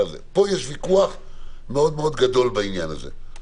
כאן יש ויכוח מאוד מאוד גדול בעניין הזה.